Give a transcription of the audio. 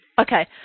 Okay